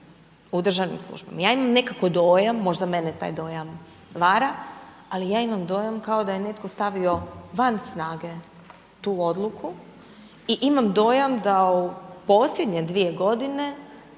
u državnim službama. Ja imam nekako dojam, možda mene taj dojam vara, ali ja imam dojam kao da je netko stavio van snage tu odluku i imam dojam da u posljednje dvije godine,